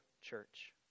church